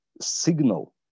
signal